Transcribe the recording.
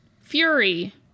Fury